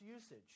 usage